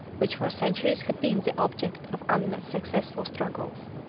which for centuries had been the object of unsuccessful struggles.